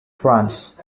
france